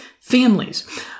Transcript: families